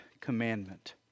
commandment